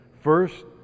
First